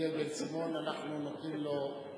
דניאל בן-סימון, אנחנו נותנים לו,